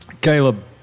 Caleb